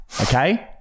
Okay